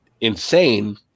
insane